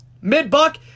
Mid-buck